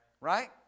Right